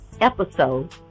episode